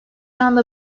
anda